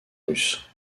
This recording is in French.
russe